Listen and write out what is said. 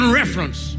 reference